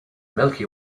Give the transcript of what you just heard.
milky